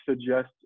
suggest